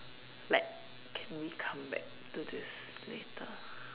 like can we come back to this later